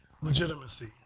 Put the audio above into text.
legitimacy